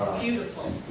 Beautiful